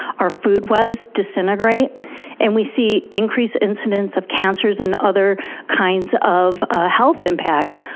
our food webs disintegrate and we see increased incidence of cancers and other kinds of health impacts?